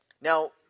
Now